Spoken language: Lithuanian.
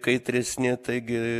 kaitresni taigi